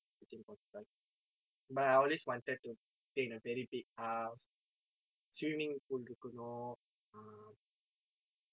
it's impossible but I always wanted to stay in a very big house swimming pool இருக்கணும்:irukkanum err